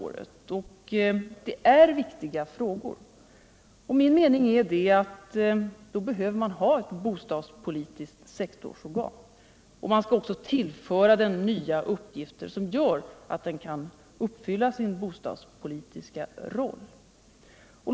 Bostadspolitiken rör viktiga frågor, och enligt min mening behöver man därför ha ett bostadspolitiskt scktorsorgan. Detta bör tillföras nya uppgifter som möjliggör att organet kan uppfylla sina bostadspolitiska åligganden.